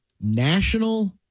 National